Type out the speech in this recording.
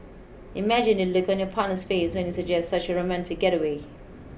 imagine the look on your partner's face when you suggest such a romantic getaway